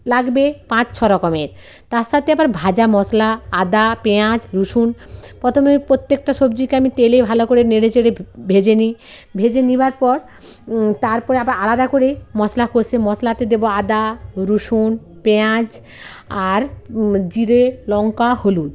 লাগবে পাঁচ ছ রকমের তার সাথে আবার ভাজা মশলা আদা পেঁয়াজ রসুন প্রথমে প্রত্যেকটা সবজিকে আমি তেলে ভালো করে নেড়ে চেড়ে ভেজে নিই ভেজে নেওয়ার পর তারপরে আবার আলাদা করে মশলা কষে মশলাতে দেব আদা রসুন পেঁয়াজ আর জিরে লঙ্কা হলুদ